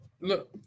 look